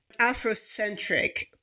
Afrocentric